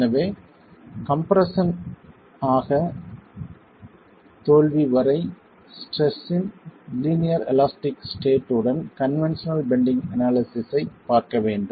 எனவே கம்ப்ரெஸ்ஸன் ஆக தோல்வி வரை stresses in linear elastic state உடன் கன்வென்ஷனல் பெண்டிங் அனாலிசிஸ்ஸைப் பார்க்க வேண்டும்